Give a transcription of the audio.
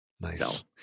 Nice